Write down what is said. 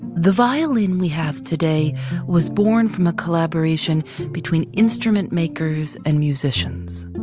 the violin we have today was born from a collaboration between instrument makers and musicians.